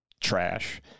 trash